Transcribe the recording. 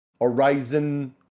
horizon